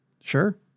Sure